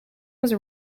was